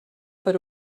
per